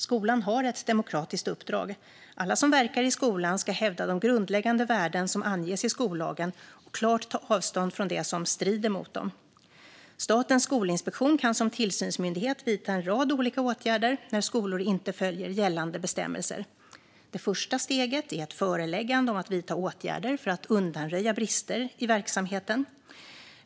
Skolan har ett demokratiskt uppdrag. Alla som verkar i skolan ska hävda de grundläggande värden som anges i skollagen och klart ta avstånd från det som strider mot dem. Statens skolinspektion kan som tillsynsmyndighet vidta en rad olika åtgärder när skolor inte följer gällande bestämmelser. Det första steget är ett föreläggande om att vidta åtgärder för att undanröja brister i verksamheten.